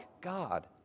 God